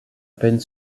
peine